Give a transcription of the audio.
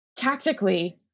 Tactically